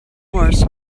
wars